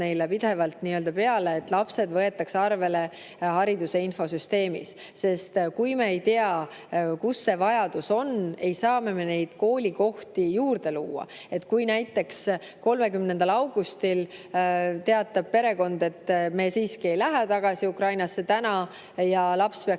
neile pidevalt nii‑öelda peale, et lapsed võetaks hariduse infosüsteemis arvele, sest kui me ei tea, kus vajadus on, ei saa me koolikohti juurde luua. Kui näiteks 30. augustil teatab perekond, et me siiski ei lähe veel Ukrainasse tagasi ja laps peaks